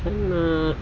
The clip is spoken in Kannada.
ಸಣ್ಣ